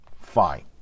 Fine